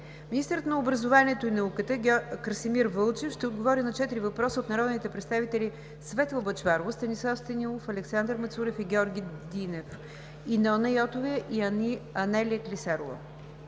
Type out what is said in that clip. Министърът на образованието и науката Красимир Вълчев ще отговори на четири въпроса от народните представители Светла Бъчварова, Станислав Станилов, Александър Мацурев и Георги Динев и Нона Йотова и Анелия Клисарова.